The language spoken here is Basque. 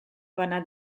bana